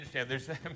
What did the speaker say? understand